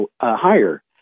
higher